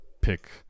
pick